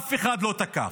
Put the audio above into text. אף אחד לא תקף,